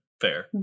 Fair